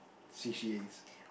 c_c_as